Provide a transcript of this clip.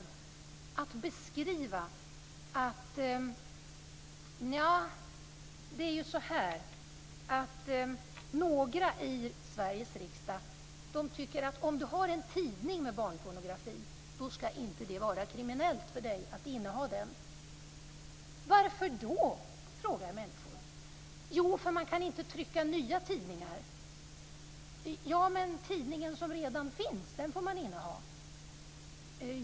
Det blir svårt att beskriva det här och säga: Nja, det är så att några i Sveriges riksdag tycker att om du har en tidning med barnpornografi skall det inte vara kriminellt för dig att inneha den. Människor frågar: Varför då? Jo, för att man inte kan trycka nya tidningar. Men tidningen som redan finns, den får man inneha?